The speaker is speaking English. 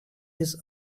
his